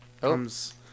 comes